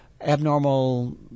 Abnormal